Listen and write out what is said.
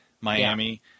Miami